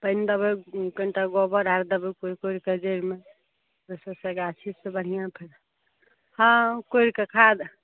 पानि देबै कनीटा गोबर आर देबै कोरि कोरि कऽ जैड़मे ओहि सबसँ गाछके बढ़िऑं फायदा हँ कोरि कऽ खाद